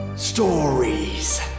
Stories